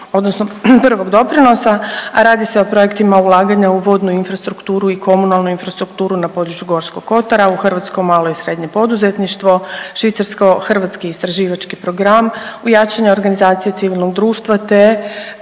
odnosno prvog doprinosa, a radi se o projektima ulaganja u vodnu infrastrukturu i komunalnu infrastrukturu na području Gorskog kotara, u hrvatsko malo i srednje poduzetništvo, švicarsko-hrvatski istraživački program, u jačanje organizacije civilnog društva, te